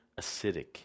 acidic